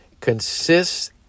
consists